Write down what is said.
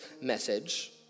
message